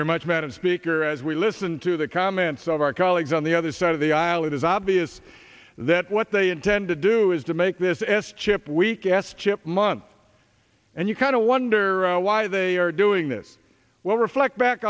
very much madam speaker as we listen to the comments of our colleagues on the other side of the aisle it is obvious that what they intend to do is to make this s chip week s chip month and you kind of wonder why they are doing this will reflect back